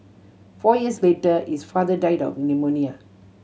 four years later his father died of pneumonia